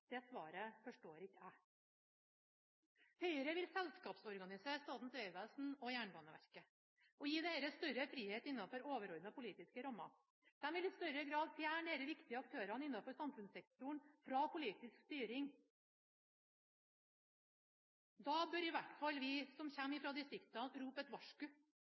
bedre. Svaret på hva som er moderne med at private skal lånefinansiere statlige investeringer, som Høyre vil i sin OPS-modell, forstår ikke jeg. Høyre vil selskapsorganisere Statens vegvesen og Jernbaneverket og gi disse større frihet innafor overordnede politiske rammer. De vil i større grad fjerne fra politisk styring disse viktige aktørene innafor samfunnssektoren. Da bør i